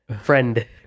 friend